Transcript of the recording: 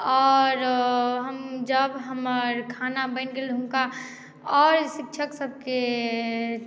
आओर हम जब हमर खाना बनि गेल हम हुनका औ आओर शिक्षक सभकेँ